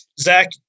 Zach